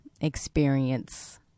experience